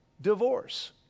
divorce